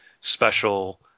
special